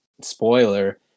spoiler